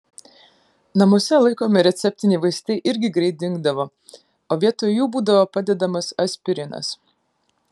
namuose laikomi receptiniai vaistai irgi greit dingdavo o vietoj jų būdavo padedamas aspirinas